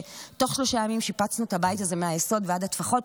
ותוך שלושה ימים שיפצנו את הבית הזה מהמסד ועד הטפחות,